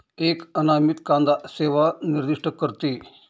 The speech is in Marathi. एक अनामित कांदा सेवा निर्दिष्ट करते